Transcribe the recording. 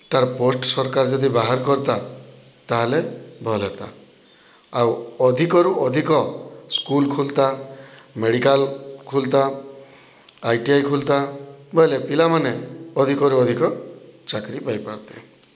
ତାର୍ ପୋଷ୍ଟ୍ ସର୍କାର୍ ଯଦି ବାହାର୍ କର୍ତା ତାହେଲେ ଭଲ୍ ହେତା ଆଉ ଅଧିକରୁ ଅଧିକ ସ୍କୁଲ୍ ଖୁଲ୍ତା ମେଡ଼ିକାଲ୍ ଖୁଲ୍ତା ଆଇ ଟି ଆଇ ଖୁଲ୍ତା ବଏଲେ ପିଲାମାନେ ଅଧିକରୁ ଅଧିକ ଚାକିରି ପାଇ ପାର୍ତେ